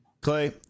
clay